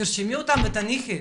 תרשמי אותם ותניחי,